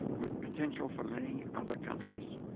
with potential for many other countries.